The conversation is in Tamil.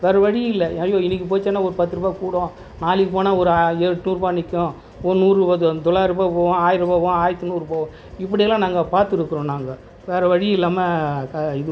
வேறு வழி இல்லை ஐயோ இன்றைக்கி போச்சுன்னா ஒரு பத்து ரூபா கூடும் நாளைக்கு போனால் ஒரு எட்நூறு ரூபாய் நிற்கும் ஒரு நூறு அது தொள்ளாயர ரூபாய் போகும் ஆயர ரூபாய் போகும் ஆயிரத்தி நூறு போகும் இப்படியெல்லாம் நாங்கள் பார்த்துருக்குறோம் நாங்கள் வேறு வழி இல்லாமல் இது